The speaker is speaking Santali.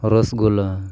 ᱨᱚᱥᱜᱳᱞᱞᱟ